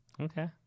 okay